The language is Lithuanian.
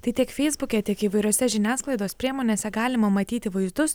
tai tiek feisbuke tiek įvairiose žiniasklaidos priemonėse galima matyti vaizdus